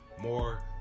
More